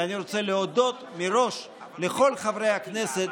אני רוצה להודות מראש לכל חברי הכנסת